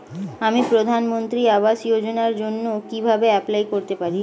আমি প্রধানমন্ত্রী আবাস যোজনার জন্য কিভাবে এপ্লাই করতে পারি?